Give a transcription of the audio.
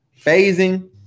phasing